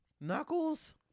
Knuckles